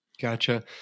gotcha